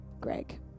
Greg